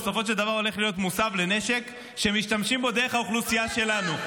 בסופו של דבר הולך להיות מוסב לנשק שמשתמשים בו דרך האוכלוסייה שלנו.